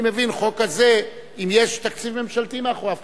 אני מבין חוק כזה אם יש תקציב ממשלתי מאחוריו,